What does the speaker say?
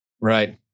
Right